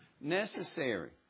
necessary